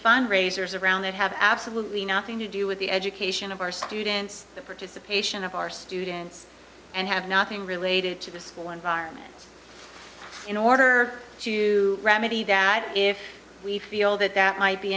fundraisers around that have absolutely nothing to do with the education of our students the participation of our students and have nothing related to the school environment in order to remedy that if we feel that that might be